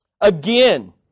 Again